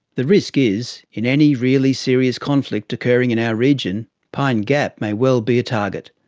the risk is in any really serious conflict occurring in our region, pine gap may well be a target,